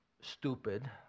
stupid